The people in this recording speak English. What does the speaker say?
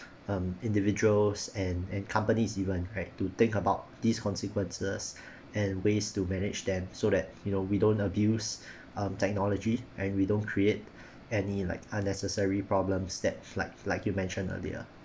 um individuals and and companies even right to think about these consequences and ways to manage them so that you know we don't abuse um technology and we don't create any like unnecessary problems that like like you mentioned earlier